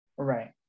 Right